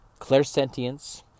clairsentience